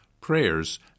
prayers